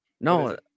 No